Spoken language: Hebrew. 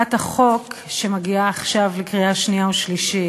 הצעת החוק שמגיעה עכשיו לקריאה שנייה ושלישית